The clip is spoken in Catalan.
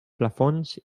plafons